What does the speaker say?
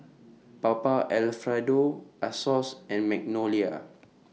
Papa Alfredo Asos and Magnolia